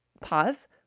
pause